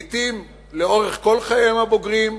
לעתים לאורך כל חייהם הבוגרים,